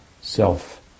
self